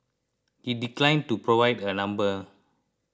it declined to provide a number